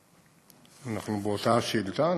אנחנו באותה שאילתה?